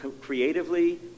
creatively